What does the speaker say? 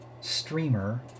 streamer